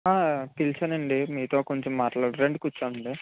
పిలిచానండి మీతో కొంచెం మాట్లాడాలి రండి కూర్చోండి